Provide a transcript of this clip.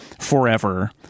forever